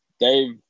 Dave